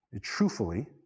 Truthfully